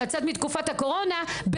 לצאת מתקופת הקורונה,